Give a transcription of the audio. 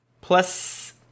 plus